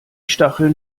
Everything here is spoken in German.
stacheln